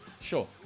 Sure